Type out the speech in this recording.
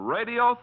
Radio